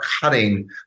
cutting